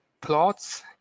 plots